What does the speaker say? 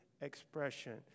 expression